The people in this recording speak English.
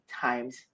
times